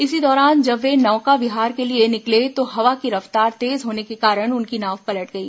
इसी दौरान जब वे नौका विहार के लिए निकले तो हवा की रफ्तार तेज होने के कारण उनकी नाव पलट गई